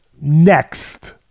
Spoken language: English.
Next